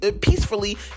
peacefully